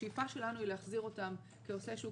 והשאיפה שלנו היא להחזיר אותם כעושי שוק